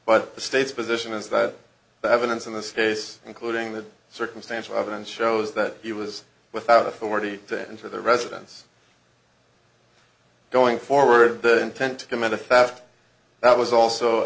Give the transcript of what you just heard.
the state's position is that the evidence in this case including the circumstantial evidence shows that he was without authority to enter the residence going forward the intent to commit a fast that was also